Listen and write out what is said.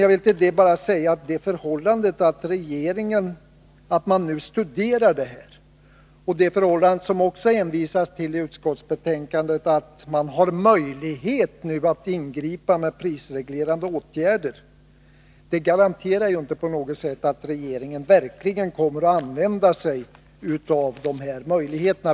Jag vill till det bara säga att det förhållandet att man nu studerar detta liksom att, som det också hänvisas till i utskottsbetänkandet, man nu har möjlighet att ingripa med prisreglerande åtgärder, inte på något sätt garanterar att regeringen verkligen kommer att använda sig av dessa möjligheter.